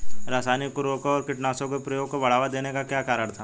रासायनिक उर्वरकों व कीटनाशकों के प्रयोग को बढ़ावा देने का क्या कारण था?